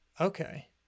Okay